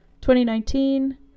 2019